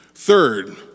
Third